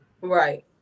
Right